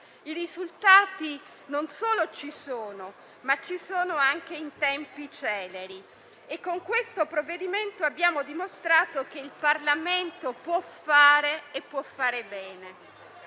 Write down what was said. i risultati non solo ci sono, ma ci sono anche in tempi celeri. Con questo provvedimento abbiamo dimostrato che il Parlamento può fare e bene.